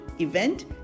event